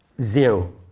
Zero